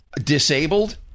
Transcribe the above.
disabled